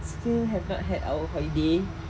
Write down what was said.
still have not had our holiday